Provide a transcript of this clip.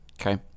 Okay